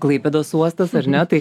klaipėdos uostas ar ne tai